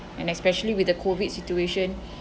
and especially with the COVID situation